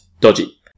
dodgy